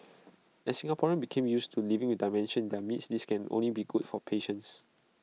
as Singaporeans became used to living with dementia in their midst this can only be good for patients